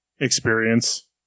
experience